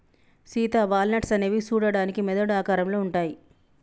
Sita walnuts అనేవి సూడడానికి మెదడు ఆకారంలో ఉంటాయి